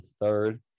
third